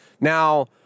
Now